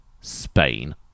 Spain